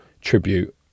tribute